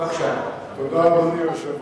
תודה, אדוני היושב-ראש,